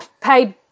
paid